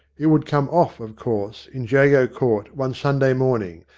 it would come off, of course, in jago court one sunday morning,